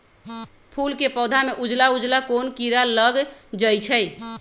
फूल के पौधा में उजला उजला कोन किरा लग जई छइ?